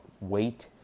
wait